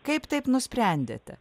kaip taip nusprendėte